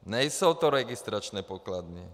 Nejsou to registrační pokladny.